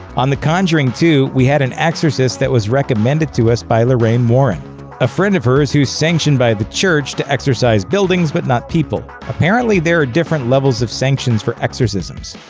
on the conjuring two, we had an exorcist that was recommended to us by lorraine a and a friend of hers who's sanctioned by the church to exorcise buildings but not people. apparently there are different levels of sanctions for exorcisms.